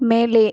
மேலே